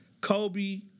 Kobe